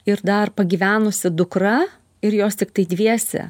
ir dar pagyvenusi dukra ir jos tiktai dviese